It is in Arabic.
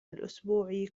الأسبوع